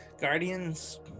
guardians